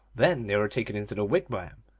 then they were taken into the wigwam,